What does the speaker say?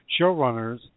showrunners